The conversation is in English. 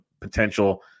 potential